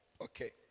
Okay